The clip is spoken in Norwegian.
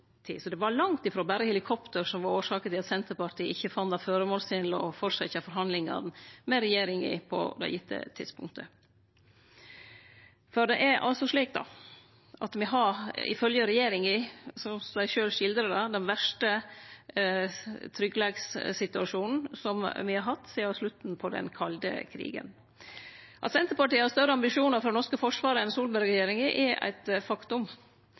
Så det var langt ifrå berre helikopter som var årsaka til at Senterpartiet ikkje fann det føremålstenleg å fortsetje forhandlingane med regjeringa på det tidspunktet. Det er altså slik at me ifølgje regjeringa – slik dei skildrar det – har den verste tryggleikssituasjonen me har hatt sidan slutten av den kalde krigen. At Senterpartiet har større ambisjonar for det norske forsvaret enn Solberg-regjeringa, er eit faktum.